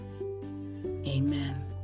amen